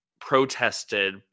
protested